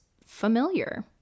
familiar